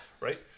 Right